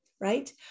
right